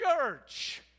church